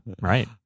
Right